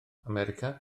america